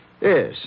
Yes